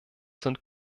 sind